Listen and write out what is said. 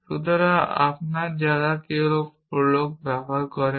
সুতরাং আপনারা যারা কেন প্রোলগ ব্যবহার করেন